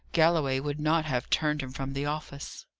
galloway would not have turned him from the office.